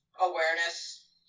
awareness